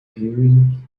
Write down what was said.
hearing